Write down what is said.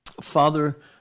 Father